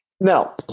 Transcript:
Now